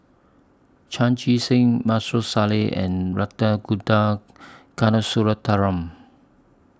Chan Chee Seng Maarof Salleh and Ragunathar Kanagasuntheram